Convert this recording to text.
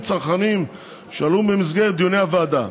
צרכניים שעלו במסגרת דיוני הוועדה.